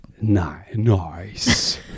Nice